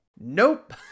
Nope